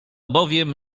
bowiem